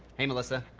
hey, melissa. ah,